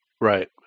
Right